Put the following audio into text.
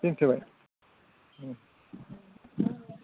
दोनथबाय